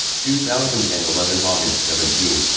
two thousand and eleven august seventeen,